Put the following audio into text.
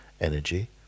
energy